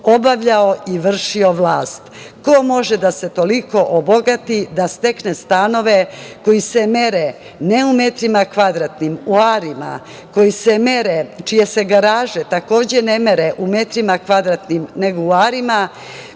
obavljao i vršio vlast. Ko može da se toliko obogati da stekne stanove koji se mere ne u metrima kvadratnim, u arima, čije se garaže takođe ne mere u metrima kvadratnim, nego u arima,